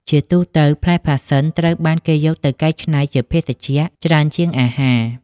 ជាទូទៅ ផ្លែផាសសិនត្រូវបានគេយកទៅកែច្នៃជាភេសជ្ជៈច្រើនជាងអាហារ។